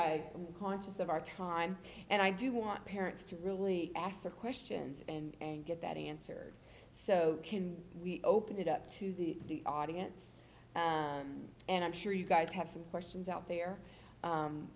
i conscious of our time and i do want parents to really ask their questions and get that answered so can we open it up to the audience and i'm sure you guys have some questions out there